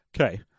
Okay